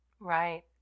Right